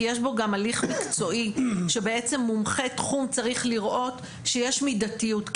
כי יש בו גם הליך מקצועי שבעצם מומחי תחום צריך לראות שיש מידתיות,